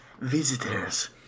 visitors